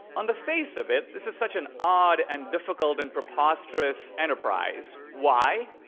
on the face of it, this is such an odd and difficult and preposterous enterprise. why?